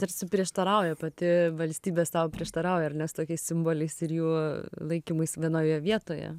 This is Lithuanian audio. tarsi prieštarauja pati valstybė sau prieštarauja ar ne su tokiais simboliais ir jų laikymais vienoje vietoje